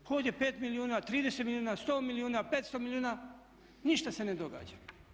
Ovdje 5 milijuna, 30 milijuna, 100 milijuna, 500 milijuna ništa se ne događa.